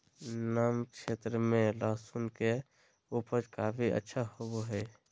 नम क्षेत्र में लहसुन के उपज काफी अच्छा होबो हइ